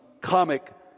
comic